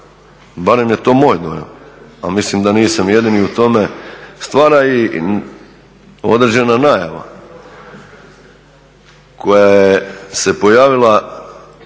barem je to moj dojam a mislim da nisam jedini u tome, stvara i određena najava koja se pojavila